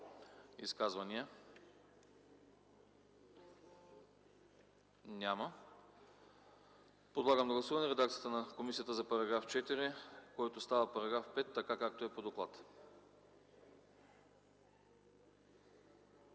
Изказвания? Няма. Подлагам на гласуване редакцията на комисията за § 33, който става § 39, така както е по доклада.